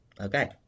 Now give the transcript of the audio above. Okay